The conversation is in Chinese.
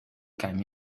改名